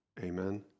amen